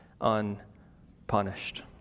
unpunished